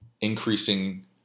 increasing